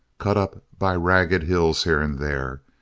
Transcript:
cut up by ragged hills here and there,